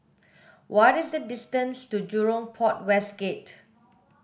what is the distance to Jurong Port West Gate